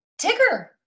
Tigger